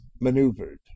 maneuvered